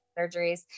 surgeries